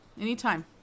anytime